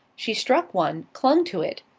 she struck one, clung to it,